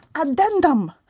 addendum